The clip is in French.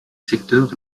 secteur